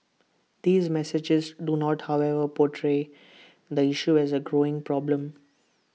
these messages do not however portray the issue as A growing problem